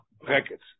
brackets